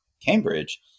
Cambridge